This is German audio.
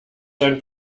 sein